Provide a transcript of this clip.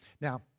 Now